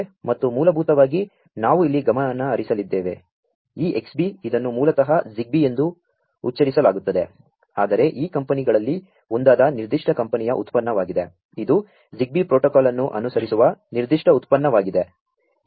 ಮತ್ತು ಮೂ ಲಭೂ ತವಾ ಗಿ ನಾ ವು ಇಲ್ಲಿ ಗಮನಹರಿಸಲಿದ್ದೇ ವೆ ಈ Xbee ಇದನ್ನು ಮೂ ಲತಃ ZigBee ಎಂ ದು ಉಚ್ಚರಿಸಲಾ ಗು ತ್ತದೆ ಆದರೆ ಈ ಕಂ ಪನಿಗಳಲ್ಲಿ ಒಂ ದಾ ದ ನಿರ್ದಿ ಷ್ಟ ಕಂ ಪನಿಯ ಉತ್ಪನ್ನವಾ ಗಿದೆ ಇದು ZigBee protocol ಅನ್ನು ಅನು ಸರಿಸು ವ ನಿರ್ದಿ ಷ್ಟ ಉತ್ಪನ್ನವಾ ಗಿದೆ